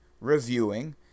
reviewing